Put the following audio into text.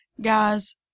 guys